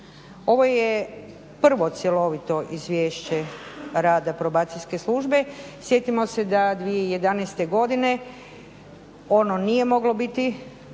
Ovo je prvo cjelovito izvješće rada Probacijske službe. Sjetimo se da 2011. godine ono nije moglo biti